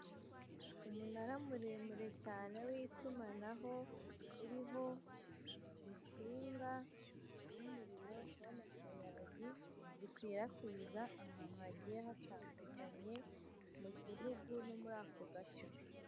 Umunara muremure cyane w'itumanaho, uriho insinga z'umuriro w'amashanyarazi, zikwirakwiza ahantu hagiye hatandukanye mu gihugu no muri ako gace.